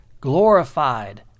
glorified